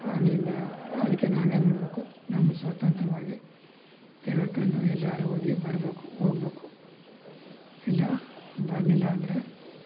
ಆದ್ದರಿಂದ ಅದಕ್ಕೆ ನಾವೇನ್ಮಾಡಬೇಕು ನಮ್ಮ ಸ್ವತಂತ್ರವಾಗಿ ತಿರ್ಗಾಡ್ಕೊಂಡು ಎಲ್ಲಿಯಾರು ಹೋಗಿ ಬರಬೇಕು ಹೋಗ್ಬೆಕು ಇಲ್ಲ ಬರ್ಲಿಲ್ಲ ಅಂದ್ರೆ